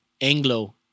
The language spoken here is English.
Anglo